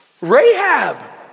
Rahab